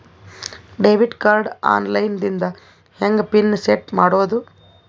Debit card online ದಿಂದ ಹೆಂಗ್ pin set ಮಾಡೋದು?